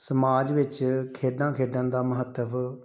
ਸਮਾਜ ਵਿੱਚ ਖੇਡਾਂ ਖੇਡਣ ਦਾ ਮਹੱਤਵ